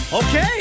Okay